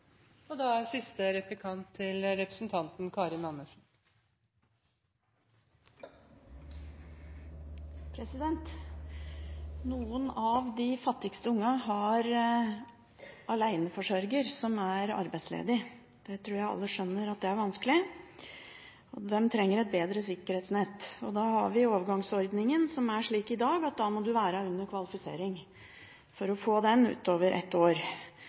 sikkerhetsnett. Da har vi overgangsordningen, som er slik i dag at man må være under kvalifisering for å få den utover ett år.